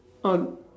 oh